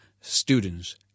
students